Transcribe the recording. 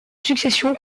succession